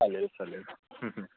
चालेल चालेल